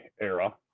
era